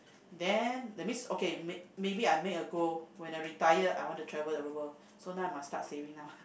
then that means okay may~ maybe I make a goal when I retire I want to travel the world so I must start saving now